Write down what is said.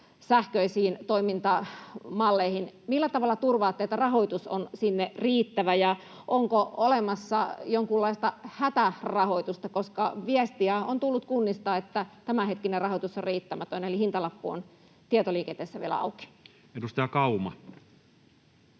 sähköisiin toimintamalleihin. Millä tavalla turvaatte, että rahoitus on sinne riittävä, ja onko olemassa jonkunlaista hätärahoitusta? Viestiä on tullut kunnista, että tämänhetkinen rahoitus on riittämätön eli hintalappu on tietoliikenteessä vielä auki. [Speech 205]